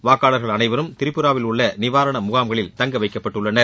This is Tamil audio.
வாக்காளர்கள் அனைவரும் திரிபுராவில் உள்ள நிவாரண முகாம்களில் தங்கவைக்கப்பட்டுள்ளனர்